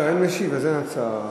לא, אין משיב, אז אין הצעה אחרת.